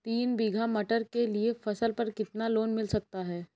तीन बीघा मटर के लिए फसल पर कितना लोन मिल सकता है?